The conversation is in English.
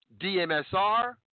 DMSR